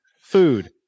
food